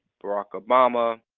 barack obama,